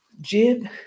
Jib